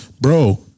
bro